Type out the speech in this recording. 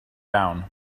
down